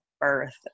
birth